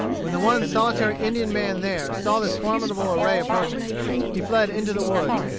when the one solitary indian man there saw this formidable array approaching he fled into the woods.